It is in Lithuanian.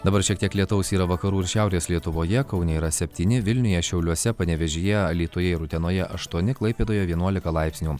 dabar šiek tiek lietaus yra vakarų ir šiaurės lietuvoje kaune yra septyni vilniuje šiauliuose panevėžyje alytuje ir utenoje aštuoni klaipėdoje vienuolika laipsnių